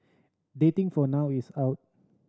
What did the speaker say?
dating for now is out